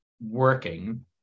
working